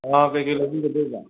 ꯑꯪ ꯀꯩꯀꯩ ꯂꯧꯕꯤꯒꯗꯣꯏꯕ